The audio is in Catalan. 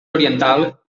oriental